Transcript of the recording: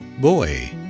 boy